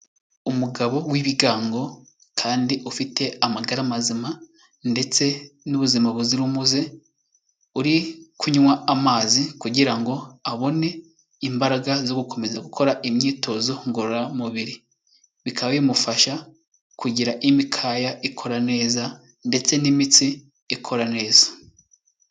Umugabo w'ibigango kandi ufite amagara mazima ndetse n'ubuzima buzira umuze, uri kunywa amazi kugira ngo abone imbaraga zo gukomeza gukora imyitozo ngororamubiri. Bikaba bimufasha kugira imikaya ikora neza ndetse n'imitsi ikora neza.